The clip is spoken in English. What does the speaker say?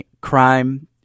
crime